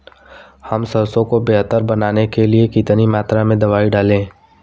हम सरसों को बेहतर बनाने के लिए कितनी मात्रा में दवाई डालें?